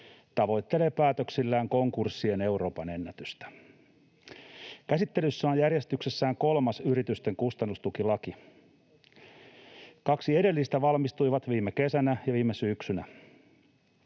tavoittelee päätöksillään konkurssien Euroopan ennätystä. Käsittelyssä on järjestyksessään kolmas yritysten kustannustukilaki. Kaksi edellistä valmistui viime kesänä ja viime syksynä.